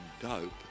dope